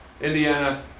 Indiana